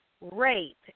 rape